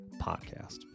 podcast